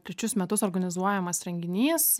trečius metus organizuojamas renginys